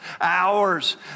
hours